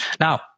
Now